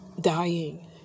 dying